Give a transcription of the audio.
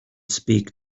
speak